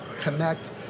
connect